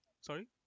Sorry